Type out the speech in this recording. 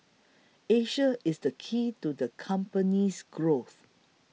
Asia is the key to the company's growth